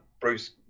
bruce